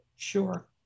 Sure